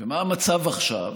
ומה המצב עכשיו?